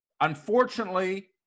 unfortunately